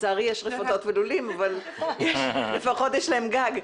לצערי יש רפתות ולולים, אבל לפחות יש להם גג.